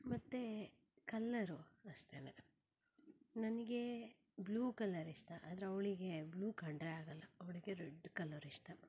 ಮತ್ತು ಕಲ್ಲರು ಅಷ್ಟೆ ನನ್ಗೆ ಬ್ಲೂ ಕಲರ್ ಇಷ್ಟ ಆದರೆ ಅವಳಿಗೆ ಬ್ಲೂ ಕಂಡರೆ ಆಗೋಲ್ಲ ಅವ್ಳಿಗೆ ರೆಡ್ ಕಲರ್ ಇಷ್ಟ